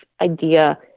idea